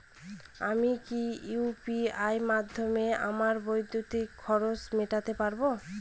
আমি কি ইউ.পি.আই মাধ্যমে আমার বিদ্যুতের খরচা মেটাতে পারব?